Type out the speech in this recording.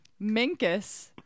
Minkus